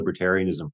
libertarianism